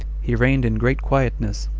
he reigned in great quietness,